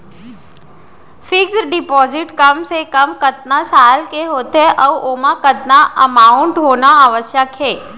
Fix deposit कम से कम कतका साल के होथे ऊ ओमा कतका अमाउंट होना आवश्यक हे?